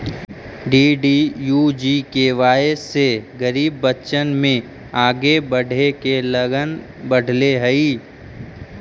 DDUGKY से गरीब बच्चन में आगे बढ़े के लगन बढ़ले हइ